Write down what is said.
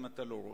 אם אתה לא רוצה.